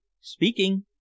Speaking